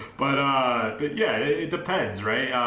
but a good yeah, it depends. right,